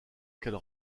qu’elle